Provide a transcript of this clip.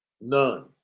None